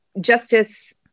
Justice